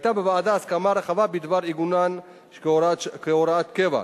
היתה בוועדה הסכמה רחבה בדבר עיגונן כהוראת קבע.